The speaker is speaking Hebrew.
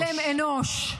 אנוש.